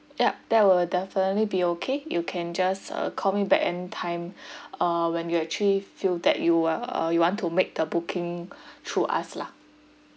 yup that will definitely be okay you can just uh call me back anytime uh when you actually feel that you are uh you want to make the booking through us lah